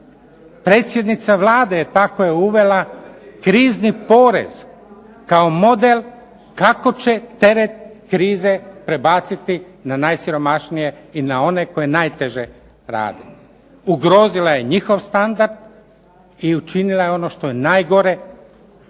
Predsjednica Vlade tako je uvela krizni porez kao model kako će teret krize prebaciti na najsiromašnije i na one koji najteže rade. Ugrozila je njihov standard i učinila je ono što je najgore,